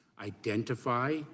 identify